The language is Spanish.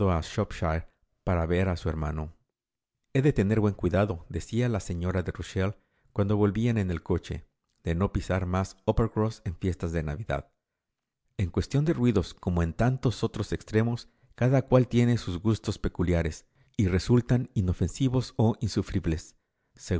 para ver a su hermano he de tener buen cuidadodecía la señora de rusell cuando volvían en el cochede no pisar más uppercross en fiestas de navidad en cuestión de ruidos como en tantos otros extremos cada cual tiene sus gustos peculiares y resultan inofensivos o insufribles